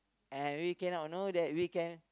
and we cannot you know that we can